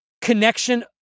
connection